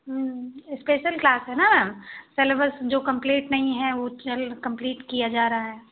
special class है ना syllabus जो कम्प्लीट नहीं है वो कम्प्लीट किया जा रहा है